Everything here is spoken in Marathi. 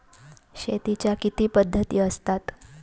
शेतीच्या किती पद्धती असतात?